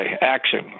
Action